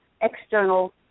external